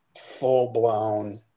full-blown